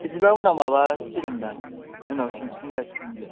बिदिबा उनाव माबासिगोनदां उनाव सोंफिन जासिगोन बे